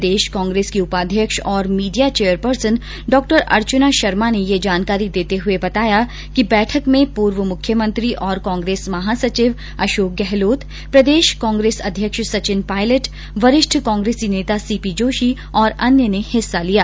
प्रदेश कांग्रेस की उपाध्यक्ष और मीडिया चेयरपर्सन डॉ अर्चना शर्मा ने यह जानकारी देते हुए बताया कि बैठक में पूर्व मुख्यमंत्री और कांग्रेस महासचिव अशोक गहलोत प्रदेश कांग्रेस अध्यक्ष सचिन पायलट वरिष्ठ कांग्रेसी नेता सीपी जोशी और अन्य ने हिस्सा लिया